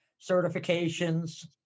certifications